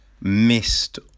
missed